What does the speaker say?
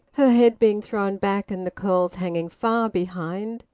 her head being thrown back and the curls hanging far behind.